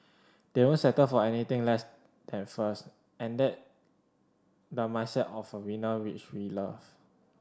they won't settle for anything less than first and that the mindset of a winner which we love